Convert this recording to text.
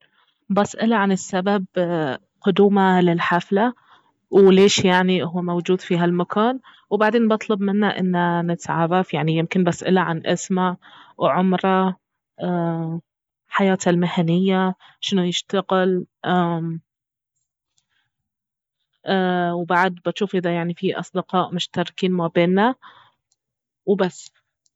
بساله عن السبب قدومه للحفلة وليش يعني اهو موجود في هالمكان وبعدين بطلب منه انه نتعرف يعني يمكن بساله عن اسمه وعمره حياته المهنية شنو يشتغل وبعد يجوف اذا يعني في أصدقاء مشتركين ما بينا وبس